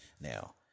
Now